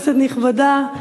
כנסת נכבדה,